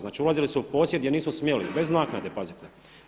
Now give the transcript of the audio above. Znači, ulazili su u posjed jer nisu smjeli, bez naknade, pazite!